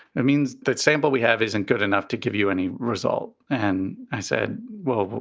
it means that sample we have isn't good enough to give you any results. and i said, well,